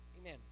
Amen